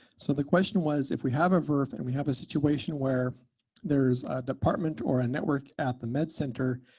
so the question was, if we have a vrf and we have a situation where there's a department or a network at the med center,